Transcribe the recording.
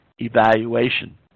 evaluation